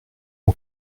mon